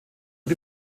die